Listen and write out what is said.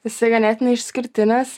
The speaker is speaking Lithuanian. jisai ganėtinai išskirtinis